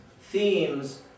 themes